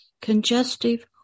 Congestive